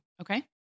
Okay